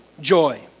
joy